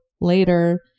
later